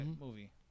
movie